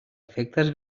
efectes